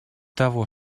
того